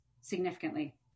significantly